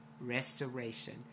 restoration